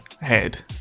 head